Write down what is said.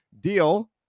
deal